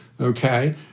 okay